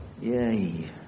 Yay